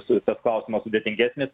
su klausimas sudėtingesnis